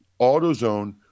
AutoZone